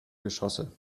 geschosse